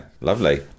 lovely